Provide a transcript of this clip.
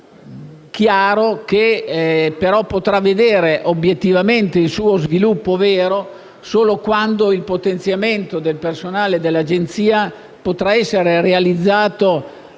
norma che potrà vedere obiettivamente il suo vero sviluppo solo quando il potenziamento del personale dell'Agenzia potrà essere realizzato